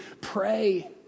pray